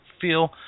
feel